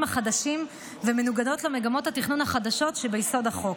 החדשים ומנוגדות למגמות התכנון החדשות שביסוד החוק.